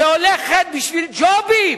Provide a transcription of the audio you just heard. בשביל ג'ובים